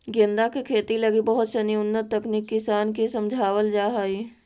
गेंदा के खेती लगी बहुत सनी उन्नत तकनीक किसान के समझावल जा हइ